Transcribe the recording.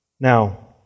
Now